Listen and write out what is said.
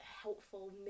helpful